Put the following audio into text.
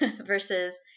versus